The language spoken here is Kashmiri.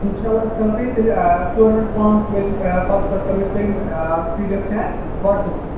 اِنشاء اللہ أسۍ کَرو تۄہہِ تیٚلہِ ٲں ژور بَجہِ پانٛژھ بَجہِ ٲں پَتہٕ پتہٕ کَرو أسۍ توہہِ ٲں P D F send WhatsApp throw